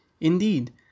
Indeed